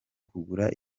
kugura